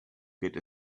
get